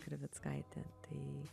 krivickaitę tai